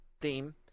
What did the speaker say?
theme